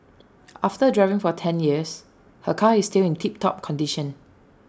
after driving for ten years her car is still in tip top condition